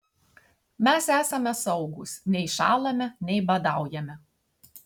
mes esame saugūs nei šąlame nei badaujame